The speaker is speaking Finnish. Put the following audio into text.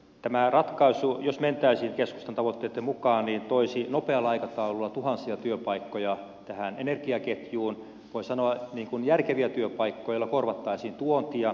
tämä ratkaisu jos mentäisiin keskustan tavoitteitten mukaan toisi nopealla aikataululla tuhansia työpaikkoja tähän energiaketjuun voi sanoa että järkeviä työpaikkoja joilla korvattaisiin tuontia